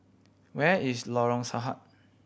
where is Lorong Sahad